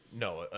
No